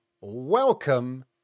Welcome